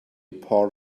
part